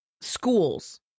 schools